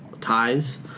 TIEs